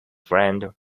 friend